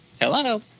Hello